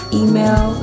email